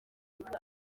uganda